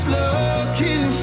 looking